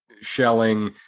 shelling